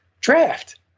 Draft